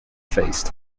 faced